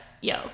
yo